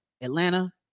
Atlanta